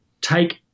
take